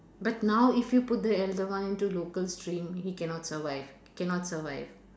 but now if you put the elder one into local stream he cannot survive cannot survive